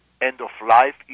end-of-life